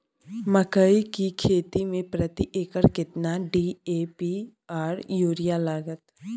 मकई की खेती में प्रति एकर केतना डी.ए.पी आर यूरिया लागत?